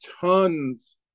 tons